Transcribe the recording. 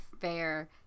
fair